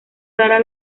raras